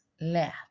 let